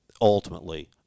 Ultimately